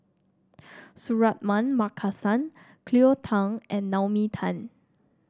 Suratman Markasan Cleo Thang and Naomi Tan